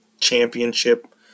Championship